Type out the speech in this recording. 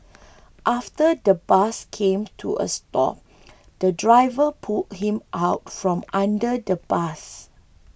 after the bus came to a stop the driver pulled him out from under the bus